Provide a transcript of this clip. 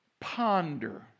ponder